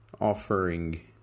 offering